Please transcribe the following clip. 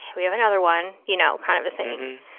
we have another one, you know, kind of a thing.